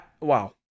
Wow